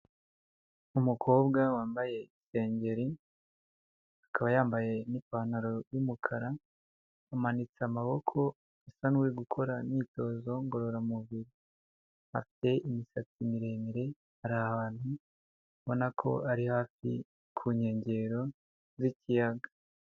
Umukobwa wambaye isengeri, akaba yambaye n'ipantaro y'umukara, amanitse amaboko asa n'uri gukora imyitozo ngororamubiri, afite imisatsi miremire, ari ahantu ubona ko ari hafi ku nkengero z'ikiyaga.